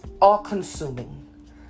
all-consuming